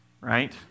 right